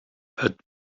het